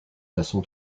façon